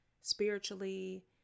spiritually